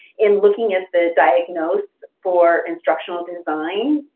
in looking at the diagnose for instructional design